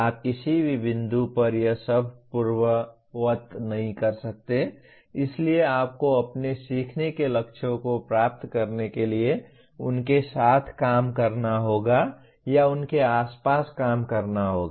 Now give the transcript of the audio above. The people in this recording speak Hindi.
आप किसी भी बिंदु पर यह सब पूर्ववत नहीं कर सकते इसलिए आपको अपने सीखने के लक्ष्यों को प्राप्त करने के लिए उनके साथ काम करना होगा या उनके आसपास काम करना होगा